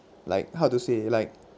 like how to say like